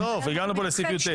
(5) תרומה משדלן כהגדרתו בחוק הכנסת,